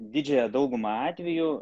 didžiąją daugumą atvejų